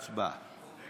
ההסתייגות (37) של